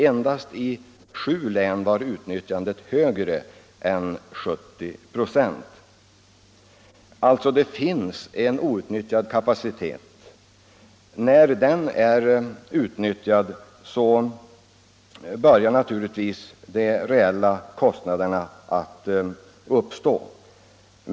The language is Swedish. Endast i 7 län var utnyttjandet högre än 70 96. Det finns alltså en outnyttjad kapacitet. När kapaciteten är utnyttjad börjar naturligtvis de reella kostnaderna att uppstå.